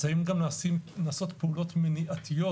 האם גם נעשות פעולות מניעתיות,